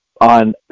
on